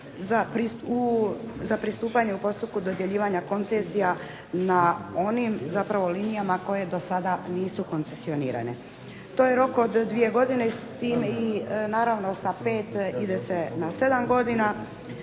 za pristupanje u postupku dodjeljivanja koncesija na onim linijama koje do sada nisu koncesionirane. To je rok od dvije godine i naravno sa pet ide se na sedam godina.